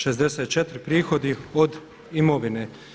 64 – Prihodi od imovine.